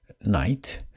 night